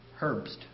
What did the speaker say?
Herbst